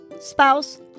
spouse